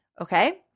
okay